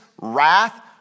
wrath